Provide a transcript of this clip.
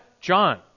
John